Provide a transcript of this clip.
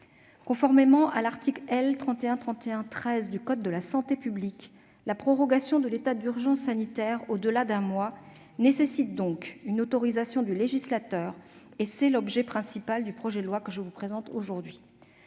Conformément à l'article L. 3131-13 du code de la santé publique, la prorogation de l'état d'urgence sanitaire au-delà d'un mois nécessite une autorisation du législateur : c'est l'objet principal du projet de loi que je vous présente aujourd'hui.